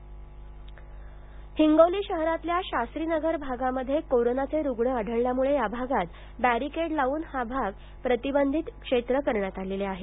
हिंगोली हिंगोली शहरातल्या शास्त्रीनगर भागात कोरोनाचे रुग्ण आढळल्यामुळे या भागात बॅरिकेड लावून हा भाग प्रतिबंधित क्षेत्र करण्यात आले आहे